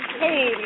Hey